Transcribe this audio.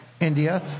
India